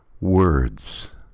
Words